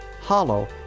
Hollow